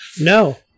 No